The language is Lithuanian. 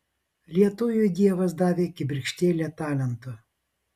lietuviui dievas davė kibirkštėlę talento